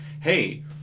hey